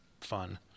fun